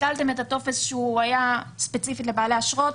ביטלתם את הטופס שהיה ספציפית לבעלי אשרות.